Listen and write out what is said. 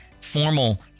formal